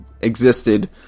existed